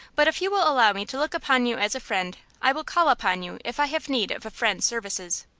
but if you will allow me to look upon you as a friend, i will call upon you if i have need of a friend's services.